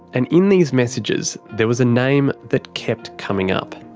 and in these messages, there was a name that kept coming up.